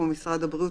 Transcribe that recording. כמו משרד הבריאות,